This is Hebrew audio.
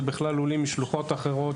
אלה בכלל לולים משלוחות אחרות,